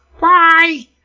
bye